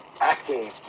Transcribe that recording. acting